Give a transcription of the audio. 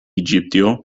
egiptio